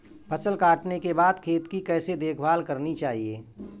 फसल काटने के बाद खेत की कैसे देखभाल करनी चाहिए?